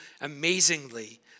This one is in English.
amazingly